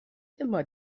immer